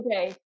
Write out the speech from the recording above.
okay